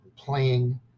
playing